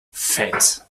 fett